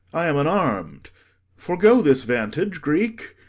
i am unarm'd forego this vantage, greek.